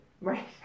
right